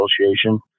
Association